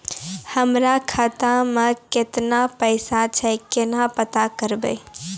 हमरा खाता मे केतना पैसा छै, केना पता करबै?